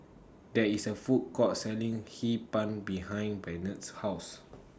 There IS A Food Court Selling Hee Pan behind Barnett's House